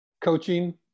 coaching